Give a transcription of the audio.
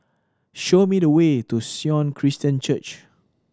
show me the way to Sion Christian Church